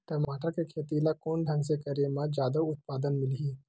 टमाटर के खेती ला कोन ढंग से करे म जादा उत्पादन मिलही?